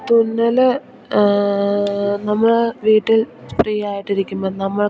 തുന്നൽ നമ്മൾ വീട്ടിൽ ഫ്രീ ആയിട്ടിരിക്കുമ്പം നമ്മൾക്ക്